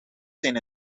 zijn